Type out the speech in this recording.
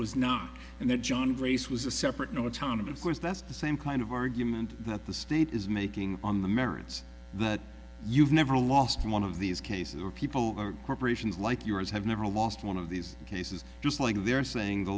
was not and that john grace was a separate no autonomy of course that's the same kind of argument that the state is making on the merits but you've never lost one of these cases where people are corporations like yours have never lost one of these cases just like they're saying the